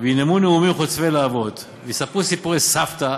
וינאמו נאומים חוצבי להבות, ויספרו סיפורי סבתא,